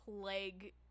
plague